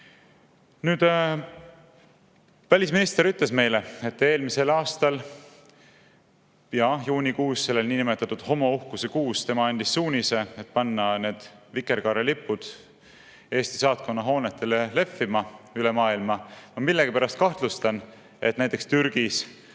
Nüüd, välisminister ütles meile, et eelmise aasta juunikuus, sellel niinimetatud homouhkuse kuul tema andis suunise panna need vikerkaarelipud Eesti saatkonna hoonetele lehvima üle maailma. Ma millegipärast kahtlustan, et näiteks Türgis,